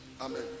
Amen